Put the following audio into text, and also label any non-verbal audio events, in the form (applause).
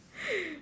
(noise)